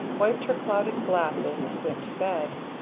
wiped her clouded glasses and went to bed.